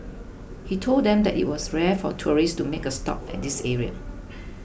he told them that it was rare for tourists to make a stop at this area